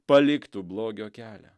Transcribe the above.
paliktų blogio kelią